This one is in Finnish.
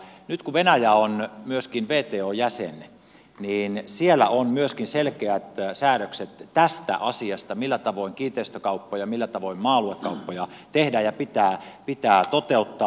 nyt kun venäjä on myöskin wton jäsen niin siellä on myöskin selkeät säädökset tästä asiasta millä tavoin kiinteistökauppoja millä tavoin maa aluekauppoja tehdään ja pitää toteuttaa